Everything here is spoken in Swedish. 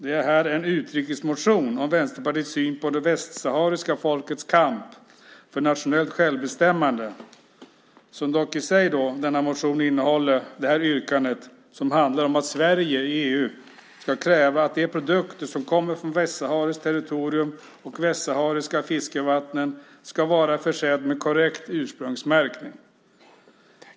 Det är alltså en utrikesmotion om Vänsterpartiets syn på det västsahariska folkets kamp för nationellt självbestämmande. Det innehåller dock detta yrkande, som handlar om att Sverige i EU ska kräva att de produkter som kommer från västsahariskt territorium och västsahariska fiskevatten ska vara försedda med korrekt ursprungsmärkning.